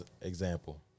example